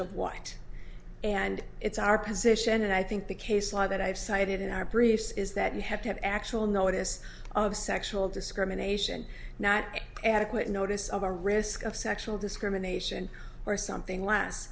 of what and it's our position and i think the case law that i've cited in our briefs is that you have to have actual notice of sexual discrimination not adequate notice of a risk of sexual discrimination or something l